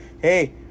hey